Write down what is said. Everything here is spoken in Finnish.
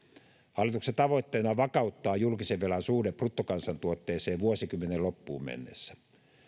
hallituksen tavoitteena on vakauttaa julkisen velan suhde bruttokansantuotteeseen vuosikymmenen loppuun mennessä